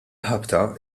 ħabta